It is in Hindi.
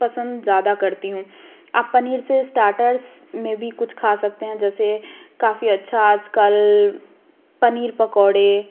पसंद ज़्यादा करती हूँ आप पनीर से स्टार्टर्स में भी कुछ खा सकते हैं जैसे काफ़ी अच्छा आजकल पनीर पकौडे़